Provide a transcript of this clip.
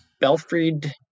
Belfried